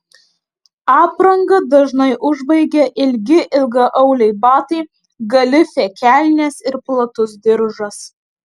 aprangą dažnai užbaigia ilgi ilgaauliai batai galifė kelnės ir platus diržas